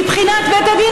מבחינת בית הדין,